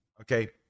okay